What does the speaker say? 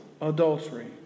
adultery